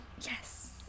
Yes